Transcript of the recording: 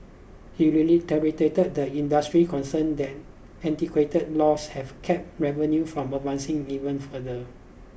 he reiterated the industry's concerns that antiquated laws have capped revenue from advancing even further